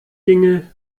ginge